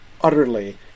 utterly